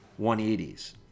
180s